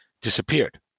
disappeared